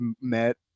met